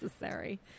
necessary